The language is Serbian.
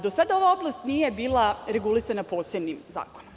Do sada ova oblast nije bila regulisana posebnim zakonom.